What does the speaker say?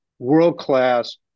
world-class